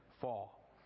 fall